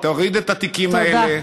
תוריד את התיקים האלה,